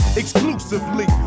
exclusively